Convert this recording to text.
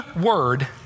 word